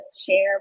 share